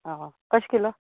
आं कशे किलो